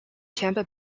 tampa